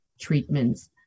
treatments